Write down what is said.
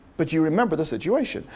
but you remember the situation.